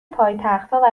پایتختها